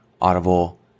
Audible